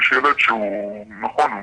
נכון,